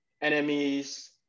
Enemies